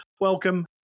Welcome